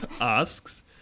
asks